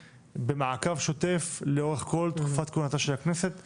במעקב שוטף לאורך כל תקופת הכהונה של הכנסת הזו,